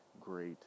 great